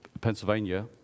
Pennsylvania